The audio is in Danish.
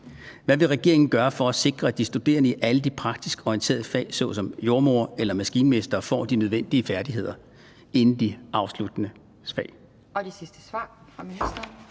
Hvad vil regeringen gøre for at sikre, at de studerende i alle de praktisk orienterede fag såsom jordemoder eller maskinmester får de nødvendige færdigheder inden de afsluttende fag?